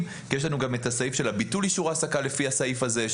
כי יש לנו גם את הסעיף של ביטול אישור העסקה לפי הסעיף הזה,